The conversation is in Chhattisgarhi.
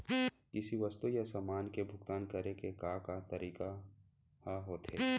किसी वस्तु या समान के भुगतान करे के का का तरीका ह होथे?